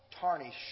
tarnish